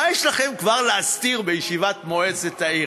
מה יש לכם כבר להסתיר בישיבת מועצת העיר?